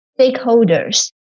stakeholders